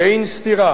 שאין סתירה